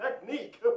technique